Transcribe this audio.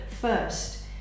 first